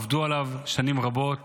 עבדו עליו שנים רבות